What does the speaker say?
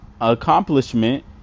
Accomplishment